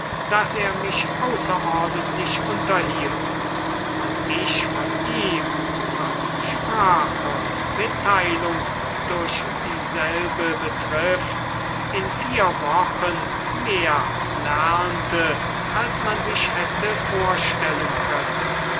daß er mich außerordentlich unterhielt und ich von ihm was sprache und mitteilung durch dieselbe betrifft in vier wochen mehr lernte als man sich hätte vorstellen können